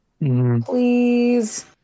Please